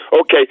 Okay